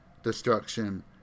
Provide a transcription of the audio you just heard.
destruction